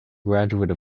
graduate